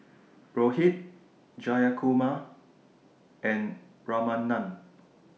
Rohit Jayakumar and Ramanand